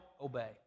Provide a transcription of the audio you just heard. obey